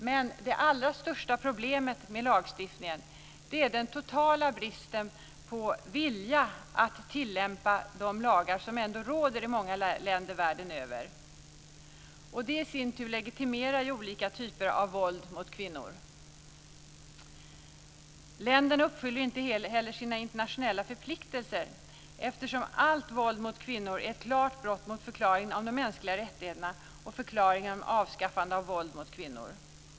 Men det allra största problemet med lagstiftningen är den totala bristen på vilja att tillämpa de lagar som ändå gäller i många länder världen över. Det i sin tur legitimerar ju olika typer av våld mot kvinnor. Länderna uppfyller inte heller sina internationella förpliktelser, eftersom allt våld mot kvinnor är ett klart brott mot förklaringen om de mänskliga rättigheterna och förklaringen om avskaffande av våld mot kvinnor.